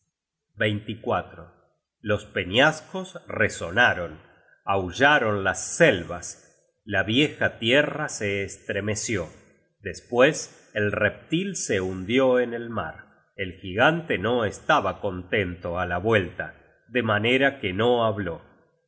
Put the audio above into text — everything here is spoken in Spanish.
at los peñascos resonaron aullaron las selvas la vieja tierra se estremeció despues el reptil se hundió en el mar el gigante no estaba contento á la vuelta de manera que no habló